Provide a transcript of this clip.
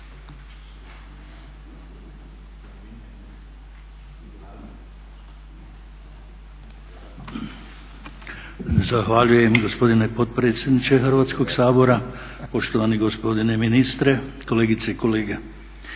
Zahvaljujem gospodine potpredsjedniče Hrvatskoga sabora, poštovani gospodine ministre, kolegice i kolege.